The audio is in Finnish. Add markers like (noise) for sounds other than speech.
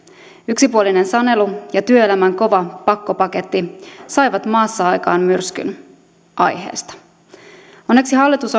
yksipuolinen sanelu ja työelämän kova pakkopaketti saivat maassa aikaan myrskyn aiheesta onneksi hallitus (unintelligible)